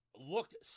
looked